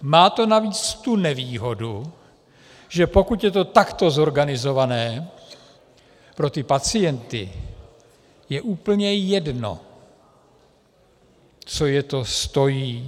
Má to navíc tu nevýhodu, že pokud je to takto zorganizované, pro pacienty je úplně jedno, co je to stojí.